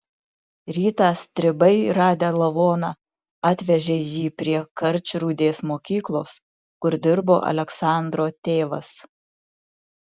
rytą stribai radę lavoną atvežė jį prie karčrūdės mokyklos kur dirbo aleksandro tėvas